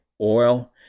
oil